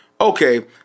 Okay